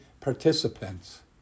participants